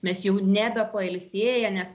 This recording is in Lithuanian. mes jau nebe pailsėję nes